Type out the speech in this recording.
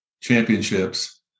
championships